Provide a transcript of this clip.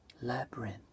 Labyrinth